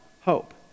hope